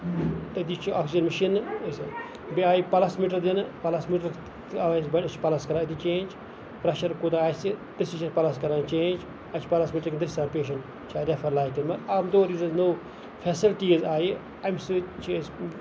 تٔتی چھِ آکسجن مِشیٖنہٕ بیٚیہِ آیہِ پَلَس میٖٹر دِنہٕ پَلس میٖٹر أسۍ چھِ پَلَس أتی کران چینج پریشر کوٗتاہ آسہِ أسۍ تہِ چھِ پَلٔس کران چینج مَگر عام طور یُس اَسہِ نوٚو فیسَلٹیٖز آیہِ اَمہِ سۭتۍ چھِ أسۍ